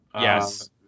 Yes